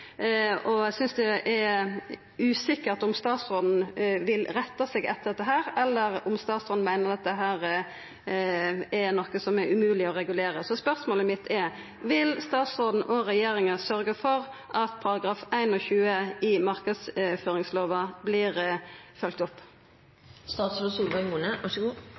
regulering. Eg synest det er usikkert om statsråden vil retta seg etter dette, eller om statsråden meiner dette er noko som er umogleg å regulera. Så spørsmålet mitt er: Vil statsråden og regjeringa sørgja for at § 21 i marknadsføringslova